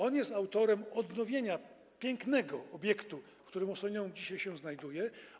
On jest autorem odnowienia pięknego obiektu, w którym Ossolineum dzisiaj się znajduje.